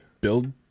build